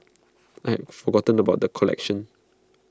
I had forgotten about the collection